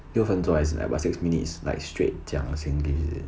六分钟还是 like what six minutes like straight 讲 singlish is it